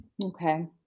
Okay